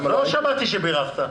לא שמעתי שבירכת.